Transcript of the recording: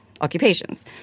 occupations